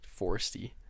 foresty